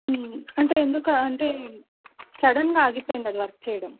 అంటే ఎందుకు అంటే సడన్గా ఆగిపోయింది అది వర్క్ చేయడం